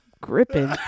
gripping